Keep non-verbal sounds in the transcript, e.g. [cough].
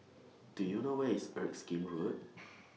Do YOU know Where IS Erskine Road [noise]